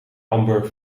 amber